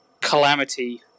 Calamity